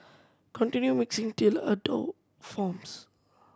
continue mixing till a dough forms